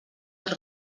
els